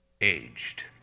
Aged